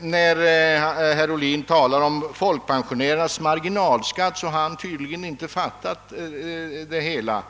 När herr Ohlin talar om folkpensionärernas marginalskatt, har han tydligen inte fattat det hela.